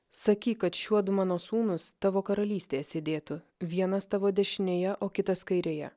sakyk kad šiuodu mano sūnūs tavo karalystėje sėdėtų vienas tavo dešinėje o kitas kairėje